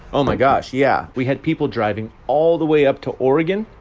oh, my gosh. yeah. we had people driving all the way up to oregon,